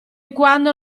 quando